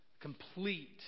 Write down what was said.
complete